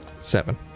Seven